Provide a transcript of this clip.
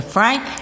Frank